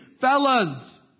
Fellas